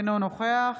אינו נוכח